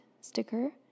sticker